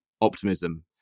optimism